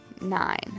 Nine